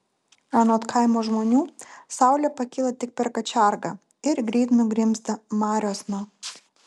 anot kaimo žmonių saulė pakyla tik per kačergą ir greit nugrimzta mariosna